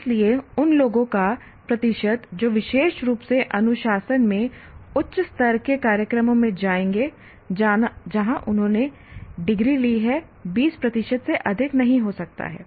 इसलिए उन लोगों का प्रतिशत जो विशेष रूप से अनुशासन में उच्च स्तर के कार्यक्रमों में जाएंगे जहां उन्होंने डिग्री ली है 20 प्रतिशत से अधिक नहीं हो सकता है